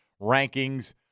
rankings